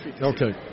Okay